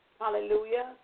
Hallelujah